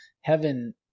Heaven